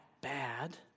bad